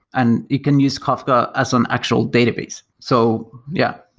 and it can use kafka as an actual database. so, yeah.